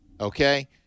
okay